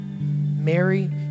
Mary